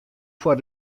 foar